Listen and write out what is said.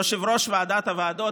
יושב-ראש ועדת הוועדות,